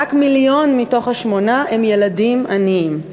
רק מיליון מתוך ה-8 הם ילדים עניים.